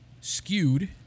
skewed